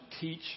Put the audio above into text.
teach